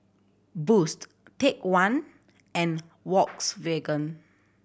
Boost Take One and Volkswagen